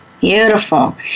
Beautiful